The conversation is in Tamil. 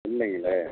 இல்லைங்களே